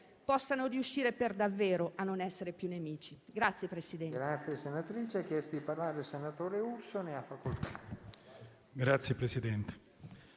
possono riuscire per davvero a non essere più nemici.